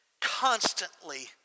constantly